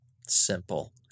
simple